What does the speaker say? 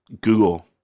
Google